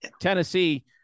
Tennessee